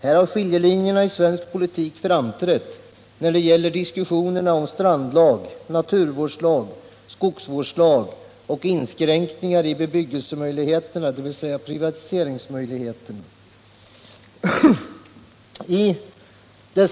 Här har skiljelinjerna i svensk politik framträtt när det gäller diskussionerna om strandlag, naturvårdslag, skogsvårdslag och inskränkningar i privatiseringsmöjligheterna på bebyggelseområdet.